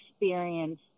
experience